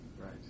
right